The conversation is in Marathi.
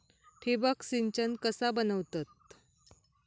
ठिबक सिंचन कसा बनवतत?